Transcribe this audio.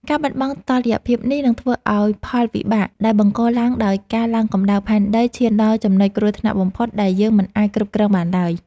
ការបាត់បង់តុល្យភាពនេះ នឹងធ្វើឱ្យផលវិបាកដែលបង្កឡើងដោយការឡើងកម្ដៅផែនដី ឈានដល់ចំណុចគ្រោះថ្នាក់បំផុតដែលយើងមិនអាចគ្រប់គ្រងបានឡើយ។